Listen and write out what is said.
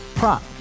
Prop